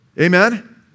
Amen